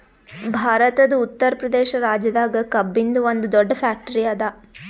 ಭಾರತದ್ ಉತ್ತರ್ ಪ್ರದೇಶ್ ರಾಜ್ಯದಾಗ್ ಕಬ್ಬಿನ್ದ್ ಒಂದ್ ದೊಡ್ಡ್ ಫ್ಯಾಕ್ಟರಿ ಅದಾ